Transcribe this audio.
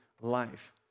life